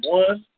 one